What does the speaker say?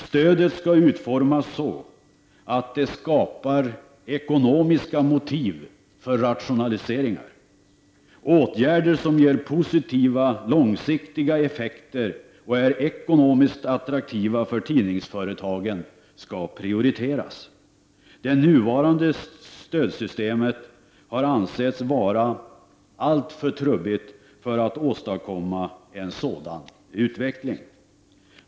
Stödet skall utformas så att det skapar ekonomiska motiv för rationaliseringar. Åtgärder som ger positiva långsiktiga effekter och är ekonomiskt attraktiva för tidningsföretagen skall prioriteras. Det nuvarande stödsystemet har ansetts vara alltför trubbigt för att åstadkomma en sådan utveckling.